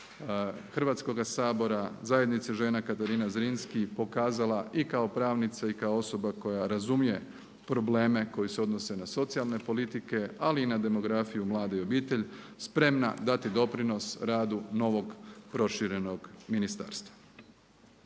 Hrvatskoga sabora, Zajednice žena “Katarina Zrinski“ pokazala i kao pravnica i kao osoba koja razumije probleme koji se odnose na socijalne politike ali i na demografiju, mlade i obitelj spremna dati doprinos radu novog proširenog ministarstva.